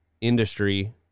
industry